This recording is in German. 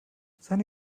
seine